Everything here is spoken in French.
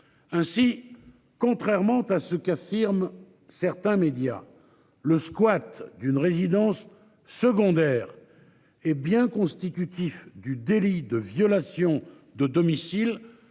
Ainsi, contrairement à ce qu'affirment certains médias le squat d'une résidence secondaire. Hé bien constitutifs du délit de violation de domicile,